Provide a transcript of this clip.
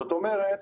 זאת אומרת,